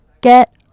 Get